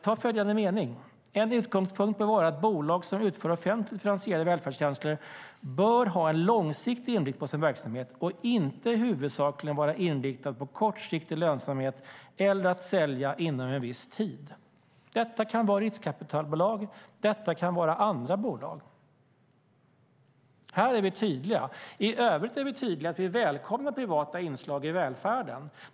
Ta följande mening: "En utgångspunkt bör vara att bolag som utför offentligt finansierade välfärdstjänster bör ha en långsiktig inriktning på sin verksamhet och inte huvudsakligen vara inriktade på kortsiktig lönsamhet eller inriktade på att sälja inom en viss tid." Detta kan vara riskkapitalbolag; detta kan vara andra bolag. Här är vi tydliga. I övrigt är vi tydliga med att vi välkomnar privata inslag i välfärden.